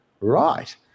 Right